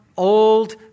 Old